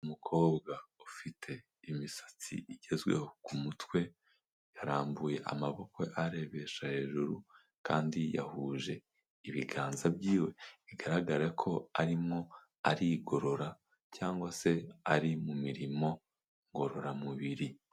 Umukobwa ufite imisatsi igezweho ku mutwe, yarambuye amaboko arebesha hejuru, kandi yahuje ibiganza byiwe, bigaragara ko arimo arigorora cyangwa se ari mu mirimo ngororamubiri.